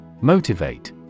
Motivate